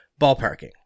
ballparking